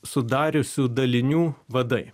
sudariusių dalinių vadai